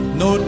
no